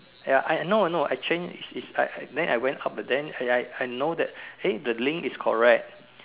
ya I know I know I change it right then I went up the then I I know that eh the link is correct